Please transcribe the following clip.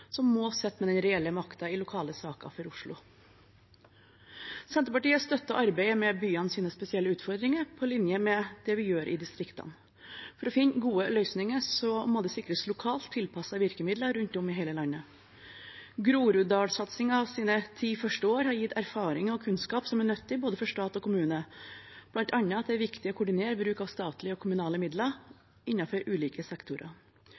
som må sitte med den reelle makten i lokale saker for Oslo. Senterpartiet støtter arbeidet med byenes spesielle utfordringer, på linje med det vi gjør i distriktene. For å finne gode løsninger må det sikres lokalt tilpassede virkemidler rundt om i hele landet. Groruddalssatsingens ti første år har gitt erfaringer og kunnskap som er nyttige for både stat og kommune, bl.a. at det er viktig å koordinere bruk av statlige og kommunale midler innenfor ulike sektorer.